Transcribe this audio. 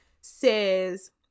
says